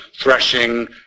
Threshing